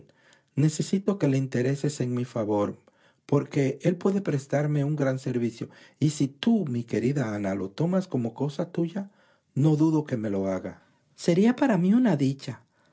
necesito que le intereses en mi favor el puede prestarme un gran servicio y si tú mi querida ana lo tomas como cosa tuya no dudo que me lo haga sería para mí una dicha